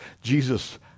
Jesus